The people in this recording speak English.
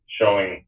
showing